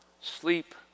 Sleep